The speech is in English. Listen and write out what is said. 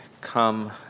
come